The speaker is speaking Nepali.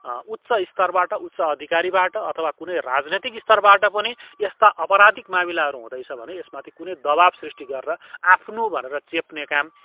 उच्च स्तरबाट उच्च अधिकारबाट अथवा कुनै राजनीतिक स्तरबाट पनि यस्ता अपराधिक मामिलाहरू हुँदैछ भने यसमाथि कुनै दबाब सृष्टि गरेर आफ्नो भनेर चेप्ने काम